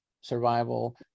survival